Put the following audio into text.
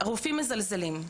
רופאים מזלזלים.